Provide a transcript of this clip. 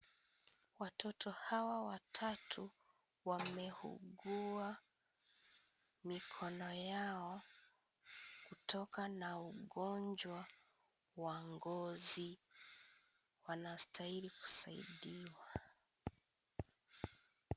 Watoto hawa watatu wameugua mikono Yao kutoka na ugonjwa wa ngozi. Wanastahili kusaidiwa.